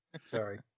Sorry